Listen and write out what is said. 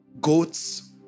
Goats